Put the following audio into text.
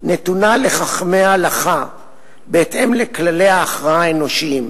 נתונה לחכמי ההלכה בהתאם לכללי ההכרעה האנושיים.